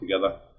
together